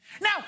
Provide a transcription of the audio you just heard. Now